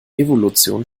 evolution